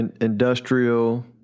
industrial